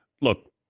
Look